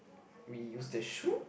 we used the shoe